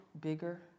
bigger